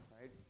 right